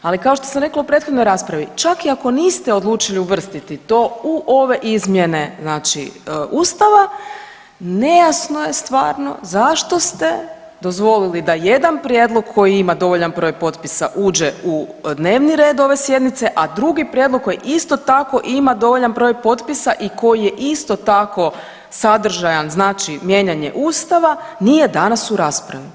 Ali kao što sam rekla u prethodnoj raspravi čak i ako niste odlučili uvrstiti to u ove izmjene znači Ustava nejasno je stvarno zašto ste dozvolili da jedan prijedlog koji ima dovoljan broj potpisa uđe u dnevni red ove sjednice, a drugi prijedlog koji isto tako ima dovoljan broj potpisa i koji je isto tako sadržajan, znači mijenjanje Ustava nije danas u raspravi.